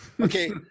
okay